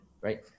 right